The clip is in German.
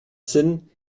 sinn